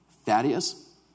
Thaddeus